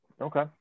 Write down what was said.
Okay